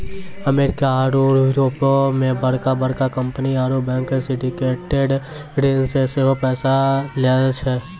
America आरु यूरोपो मे बड़का बड़का कंपनी आरु बैंक सिंडिकेटेड ऋण से सेहो पैसा लै छै